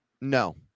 No